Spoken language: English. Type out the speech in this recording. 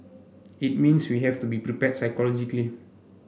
it means we have to be prepared psychologically